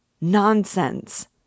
Nonsense